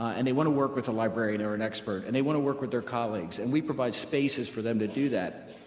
and they want to work with a librarian or an expert, and they want to work with their colleagues, and we provide spaces for them to do that.